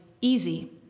easy